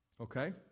Okay